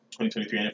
2023